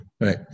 Right